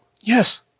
Yes